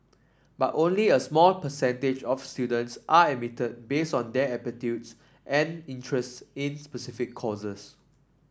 but only a small percentage of students are admitted based on their aptitude and interest in specific courses